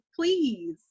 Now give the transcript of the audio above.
Please